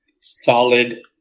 solid